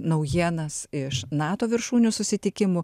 naujienas iš nato viršūnių susitikimų